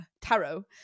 tarot